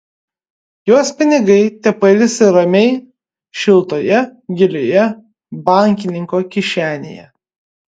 jos pinigai tepailsi ramiai šiltoje gilioje bankininko kišenėje